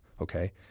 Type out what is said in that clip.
okay